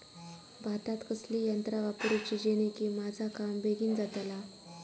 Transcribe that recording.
भातात कसली यांत्रा वापरुची जेनेकी माझा काम बेगीन जातला?